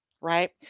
right